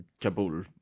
Kabul